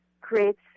creates